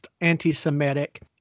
anti-Semitic